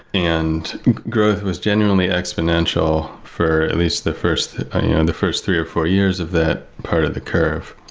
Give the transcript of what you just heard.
and growth was genuinely exponential for at least the first and the first three or four years of that part of the curve.